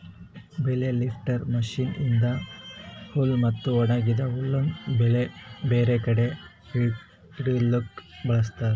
bale lifter machine ಇಂದಾ ಹುಲ್ ಮತ್ತ ಒಣಗಿದ ಹುಲ್ಲಿಂದ್ ಬೇಲ್ ಬೇರೆ ಕಡಿ ಇಡಲುಕ್ ಬಳ್ಸತಾರ್